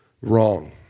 Wrong